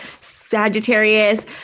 Sagittarius